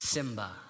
Simba